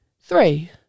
Three